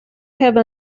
have